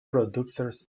producers